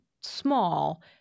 small